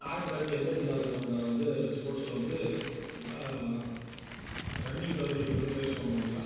ஆயிரத்தித் தொள்ளாயிரத்தி எண்பத்தி நாலில் நடந்த இது ஸ்போர்ட்ஸில் வந்து ரன்னிங்கில் வந்து இவங்க வந்து ஃப்ரைஸ் வாங்கினவங்க